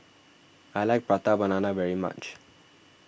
I like Prata Banana very much